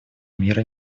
мира